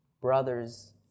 brothers